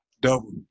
Double